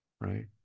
right